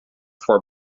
for